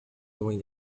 during